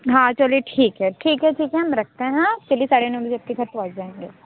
हाँ चलिए ठीक है ठीक है ठीक है हम रखते हैं चलिए साढ़े नौ बजे आपके घर पहुँच जाएंगे